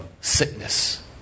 sickness